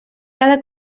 cada